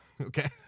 Okay